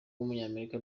w’umunyamerika